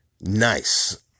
nice